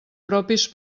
propis